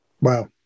Wow